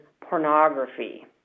pornography